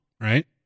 right